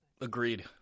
Agreed